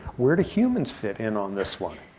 where do humans fit in on this one?